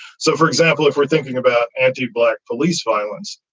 so, for example, if we're thinking about anti black police violence,